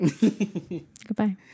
Goodbye